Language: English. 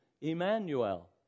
Emmanuel